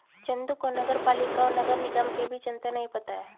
चंदू को नगर पालिका और नगर निगम के बीच अंतर नहीं पता है